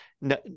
no